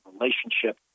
relationship